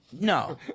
No